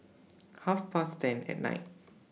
Half Past ten At Night